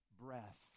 breath